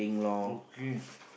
okay